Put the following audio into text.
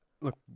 look